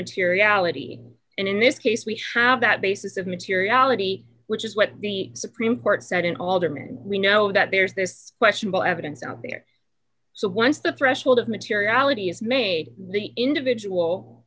materiality and in this case we have that basis of materiality which is what the supreme court said in alderman we know that there's this questionable evidence out there so once the threshold of materiality is made the individual